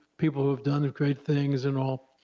people who've done great things and all,